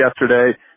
yesterday